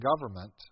government